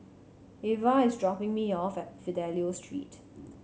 Avah is dropping me off at Fidelio Street